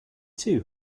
too